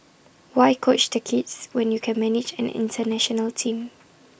why coach the kids when you can manage an International team